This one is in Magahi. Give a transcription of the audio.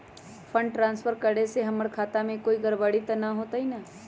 फंड ट्रांसफर करे से हमर खाता में कोई गड़बड़ी त न होई न?